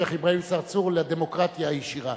שיח' אברהים צרצור, לדמוקרטיה הישירה.